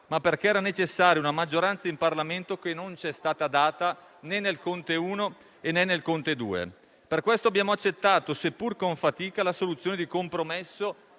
ma perché era necessaria una maggioranza in Parlamento che non c'è stata data, né con il Governo Conte I, né con il Governo Conte II. Per questo abbiamo accettato, seppur con fatica, la soluzione di compromesso